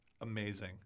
amazing